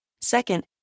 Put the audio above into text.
Second